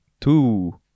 two